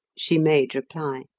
she made reply.